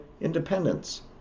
independence